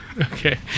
Okay